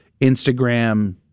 Instagram